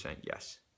yes